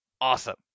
awesome